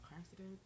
accident